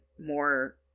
more